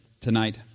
tonight